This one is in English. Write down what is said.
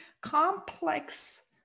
complex